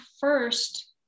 first